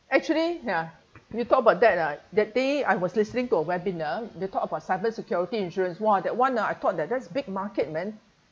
actually ya you talk about that ah that day I was listening to a webinar they talk about cyber security insurance !wah! that [one] ah I thought that that's big market man